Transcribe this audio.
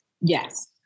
Yes